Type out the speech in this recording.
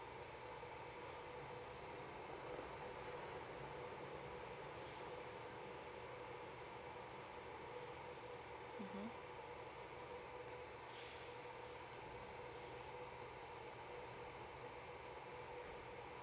mmhmm